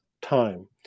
time